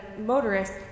motorist